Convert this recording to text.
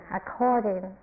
according